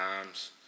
times